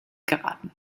geraten